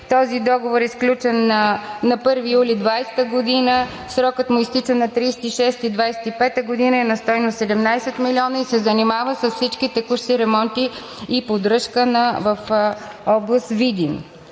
Този договор е сключен на 1 юли 2020 г. Срокът му изтича на 30 юни 2025 г. и е на стойност 17 милиона и се занимава с всички текущи ремонти и поддръжка в област Видин.